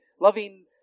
loving